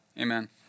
Amen